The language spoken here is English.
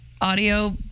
audio